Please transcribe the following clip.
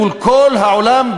מול כל העולם,